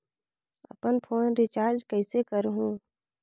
अपन phone recharge कइसे करहु?